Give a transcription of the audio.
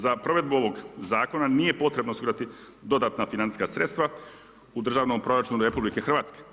Za provedbu ovog zakona nije potrebno osigurati dodatna financijska sredstva u državnom proračunu RH.